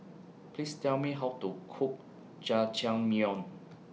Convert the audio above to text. Please Tell Me How to Cook Jajangmyeon